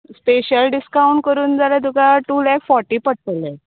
special discount करून जाल्या तुका टू लॅक फॉर्टी पडटले